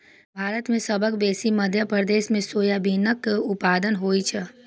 भारत मे सबसँ बेसी मध्य प्रदेश मे सोयाबीनक उत्पादन होइ छै